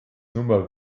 nummer